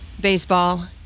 baseball